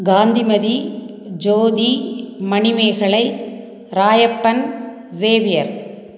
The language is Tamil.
காந்திமதி ஜோதி மணிமேகலை ராயப்பன் சேவியர்